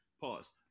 Pause